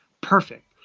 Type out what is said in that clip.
perfect